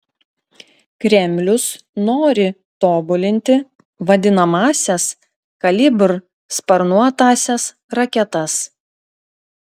kremlius nori tobulinti vadinamąsias kalibr sparnuotąsias raketas